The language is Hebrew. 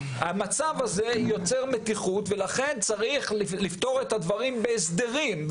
המצב הזה יוצר מתיחות ולכן צריך לפתור את הדברים בהסדרים.